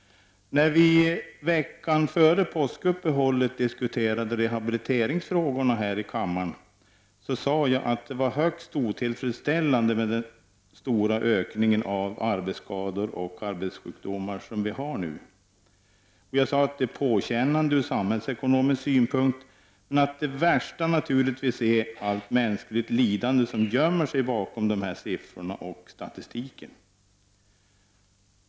När vi i veckan före påskuppehållet diskuterade rehabiliteringsfrågorna här i kammaren sade jag att den stora ökningen av arbetsskador och arbetssjukdomar var högst otillfredsställande. Jag sade att det är en samhällsekonomisk påkänning men att det värsta naturligtvis är allt mänskligt lidande som gömmer sig bakom dessa siffror och denna statistik.